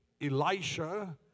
Elisha